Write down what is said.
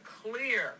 clear